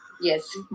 Yes